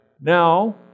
Now